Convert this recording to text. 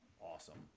awesome